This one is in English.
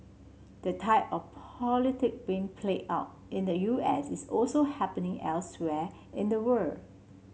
the type of politic being played out in the U S is also happening elsewhere in the world